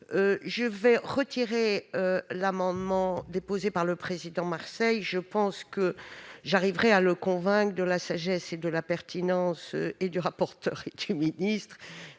Je vais retirer l'amendement déposé par Hervé Marseille. Je pense que j'arriverai à le convaincre de la sagesse et de la pertinence des arguments du rapporteur et du ministre-